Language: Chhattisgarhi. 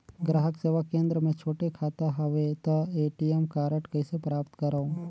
ग्राहक सेवा केंद्र मे छोटे खाता हवय त ए.टी.एम कारड कइसे प्राप्त करव?